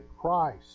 Christ